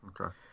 okay